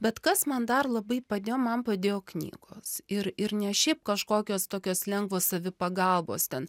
bet kas man dar labai padėjo man padėjo knygos ir ir ne šiaip kažkokios tokios lengvos savipagalbos ten